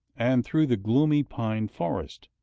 and through the gloomy pine forest,